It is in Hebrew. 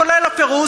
כולל הפירוז,